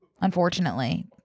Unfortunately